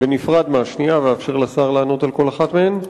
בנפרד מהשנייה ואאפשר לשר לענות על כל אחת מהן.